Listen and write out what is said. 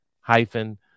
hyphen